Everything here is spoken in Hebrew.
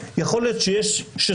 יכול להיות שסבורים,